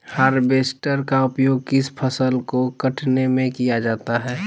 Harvester का उपयोग किस फसल को कटने में किया जाता है?